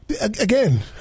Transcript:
Again